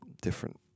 different